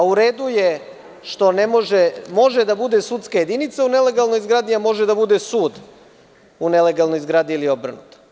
U redu je što može da bude sudska jedinica u nelegalnoj zgradi, a ne može da bude sud u nelegalnoj zgradi i obrnuto.